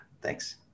Thanks